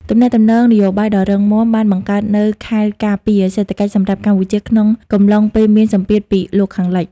ទំនាក់ទំនងនយោបាយដ៏រឹងមាំបានបង្កើតនូវ "ខែលការពារ" សេដ្ឋកិច្ចសម្រាប់កម្ពុជាក្នុងកំឡុងពេលមានសម្ពាធពីលោកខាងលិច។